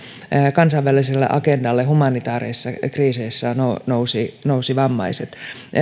kansainväliselle agendalle humanitaarisissa kriiseissä nousivat vammaiset